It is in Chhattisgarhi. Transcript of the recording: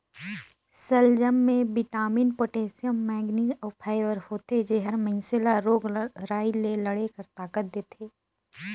सलजम में बिटामिन, पोटेसियम, मैगनिज अउ फाइबर होथे जेहर मइनसे ल रोग राई ले लड़े कर ताकत देथे